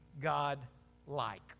God-like